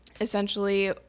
essentially